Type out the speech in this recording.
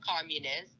communist